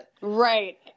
Right